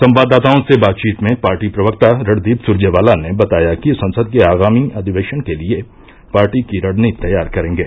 संवाददाताओं से बातचीत में पार्टी प्रवक्ता रणदीप सुरजेवाला ने बताया कि संसद के आगामी अधिवेशन के लिए पार्टी की रणनीति तैयार करेंगे